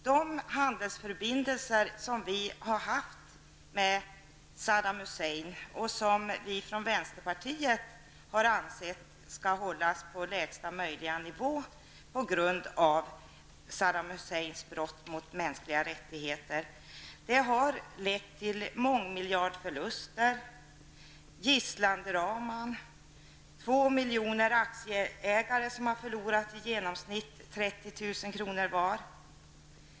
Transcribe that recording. De handelsförbindelser som Sverige har haft med Saddam Hussein och som vi från vänsterpartiet har ansett skall hållas på lägsta möjliga nivå på grund av Saddam Husseins brott mot mänskliga rättigheter har lett till mångmiljardförluster och gisslandramer och till att 2 miljoner aktieägare har förlorat i genomsnitt 30 000 kr. var.